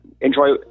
enjoy